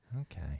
Okay